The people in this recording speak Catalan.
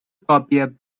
còpia